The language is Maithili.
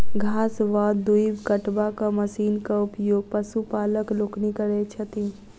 घास वा दूइब कटबाक मशीनक उपयोग पशुपालक लोकनि करैत छथि